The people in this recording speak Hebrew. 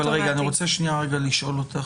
אני רוצה לשאול אותך.